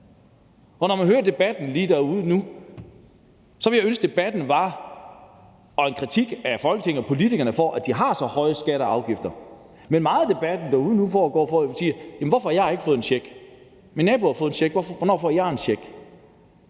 Når jeg hører debatten derude, ville jeg ønske, at debatten handlede om en kritik af Folketinget og politikerne for, at de har så høje skatter og afgifter. Men meget af debatten derude nu foregår ved, at folk siger: Hvorfor har jeg ikke fået en check? Min nabo har fået en check – hvornår får jeg en check?